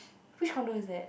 which condo is it